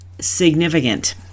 significant